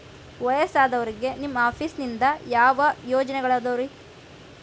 ವಯಸ್ಸಾದವರಿಗೆ ನಿಮ್ಮ ಆಫೇಸ್ ನಿಂದ ಯಾವ ಯೋಜನೆಗಳಿದಾವ್ರಿ?